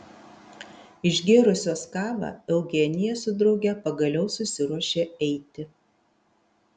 išgėrusios kavą eugenija su drauge pagaliau susiruošė eiti